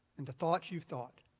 and the thoughts you've thought,